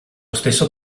stesso